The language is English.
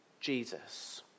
Jesus